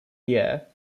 year